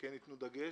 שכן ייתנו דגש,